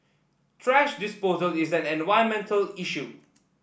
thrash disposal is an environmental issue